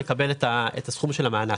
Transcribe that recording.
לקבל את הסכום של המענק,